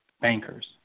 bankers